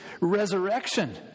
resurrection